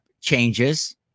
changes